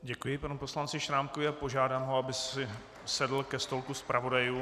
Děkuji panu poslanci Šrámkovi a požádám ho, aby si sedl ke stolku zpravodajů.